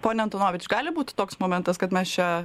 pone antonovič gali būt toks momentas kad mes čia